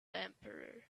emperor